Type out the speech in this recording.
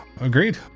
agreed